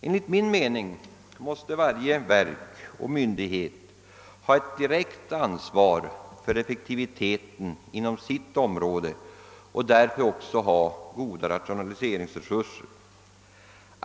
Enligt min mening måste varje verk och myndighet ha ett direkt ansvar för effektiviteten inom sitt område och därför också ha goda rationaliseringsresurser.